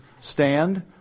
stand